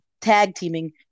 tag-teaming